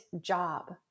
job